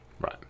Right